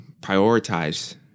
prioritize